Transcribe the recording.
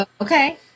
Okay